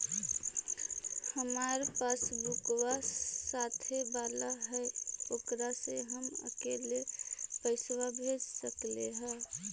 हमार पासबुकवा साथे वाला है ओकरा से हम अकेले पैसावा भेज सकलेहा?